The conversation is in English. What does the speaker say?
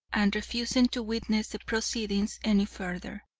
and refusing to witness the proceedings any further.